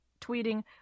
tweeting